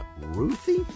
ruthie